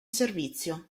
servizio